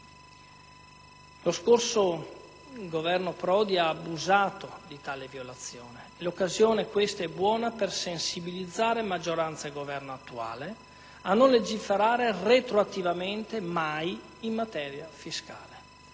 Lo scorso Governo Prodi ha abusato di tale violazione. Questa è l'occasione buona per sensibilizzare maggioranza e Governo attuale a non legiferare mai retroattivamente in materia fiscale.